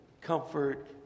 comfort